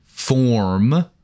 form